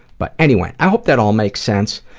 but anyway, i hope that all makes sense.